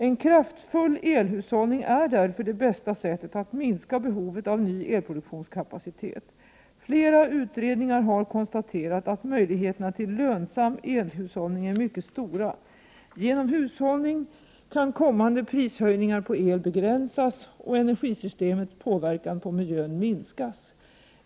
En kraftfull elhushållning är det bästa sättet att minska behovet av ny elproduktionskapacitet. Flera utredningar har konstaterat att möjligheterna till lönsam elhushållning är mycket stora. Genom hushållning kan kommande prishöjningar på el begränsas och energisystemets påverkan på miljön minskas.